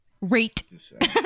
Rate